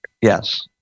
Yes